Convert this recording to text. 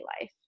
life